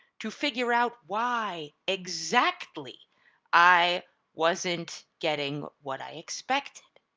to figure out why exactly i wasn't getting what i expected.